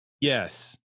Yes